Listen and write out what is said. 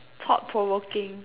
thought provoking